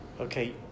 Okay